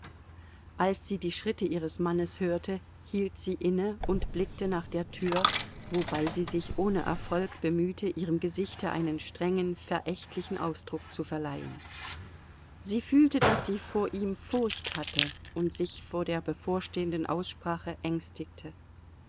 als sie die schritte ihres mannes hörte hielt sie inne und blickte nach der tür wobei sie sich ohne erfolg bemühte ihrem gesichte einen strengen verächtlichen ausdruck zu verleihen sie fühlte daß sie vor ihm furcht hatte und sich vor der bevorstehenden aussprache ängstigte